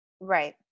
Right